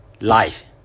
life